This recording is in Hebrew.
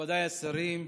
מכובדיי השרים,